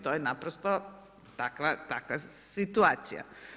To je naprosto takva situacija.